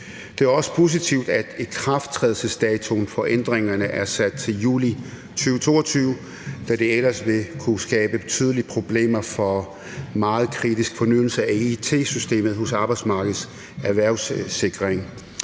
Det er også positivt, at ikrafttrædelsesdatoen for ændringerne er sat til juli 2022, da det ellers ville kunne skabe betydelige problemer for en meget kritisk fornyelse af it-systemet hos Arbejdsmarkedets Erhvervssikring.